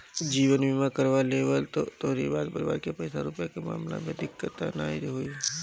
जीवन बीमा करवा लेबअ त तोहरी बाद परिवार के पईसा रूपया के मामला में दिक्कत तअ नाइ होई